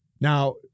Now